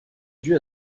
due